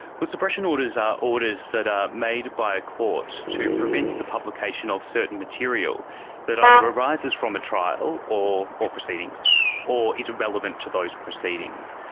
suppression orders are orders that are made by a court to prevent the publication of certain material that either arises from a trial or or proceedings or is relevant to those proceedings.